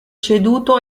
ceduto